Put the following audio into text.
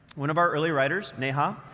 one of our early riders, neha,